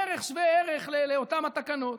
בערך שווה ערך לאותן תקנות.